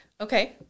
Okay